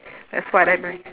that's what I meant